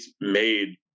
made